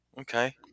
okay